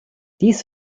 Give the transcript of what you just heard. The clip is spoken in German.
dies